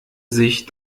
sich